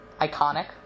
iconic